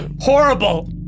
Horrible